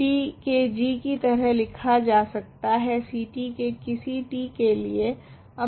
t के g की तरह लिखा जा सकता है Ct के किसी t के लिए